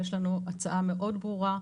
יש לנו הצעה מאוד ברורה,